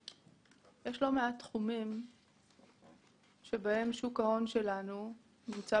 יש לא מעט תחומים שבהם שוק ההון שלנו נמצא